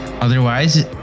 Otherwise